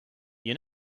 you